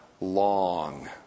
long